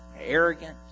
arrogant